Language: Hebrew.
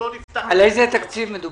על איזה תקציב מדובר?